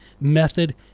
method